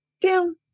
down